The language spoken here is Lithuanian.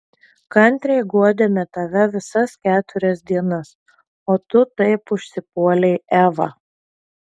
kantriai guodėme tave visas keturias dienas o tu taip užsipuolei evą